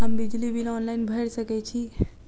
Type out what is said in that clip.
हम बिजली bill online भैर सकै छी?